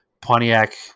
Pontiac